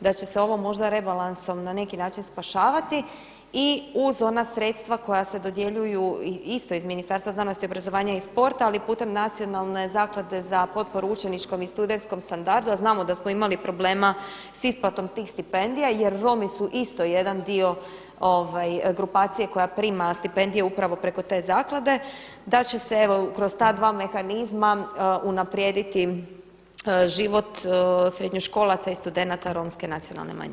da će se ovo možda rebalansom na neki način spašavati i uz ona sredstva koja se dodjeljuju isto iz Ministarstva znanosti, obrazovanja i sporta ali putem Nacionalne zaklade za potporu učeničkom i studenskom standardu a znamo da smo imali problema sa isplatom tih stipendija jer Romi su isto jedan dio grupacije koja prima stipendije upravo preko te zaklade da će se evo kroz ta dva mehanizma unaprijediti život srednjoškolaca i studenata Romske nacionalne manjine.